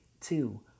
two